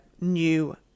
new